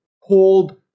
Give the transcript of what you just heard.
Hold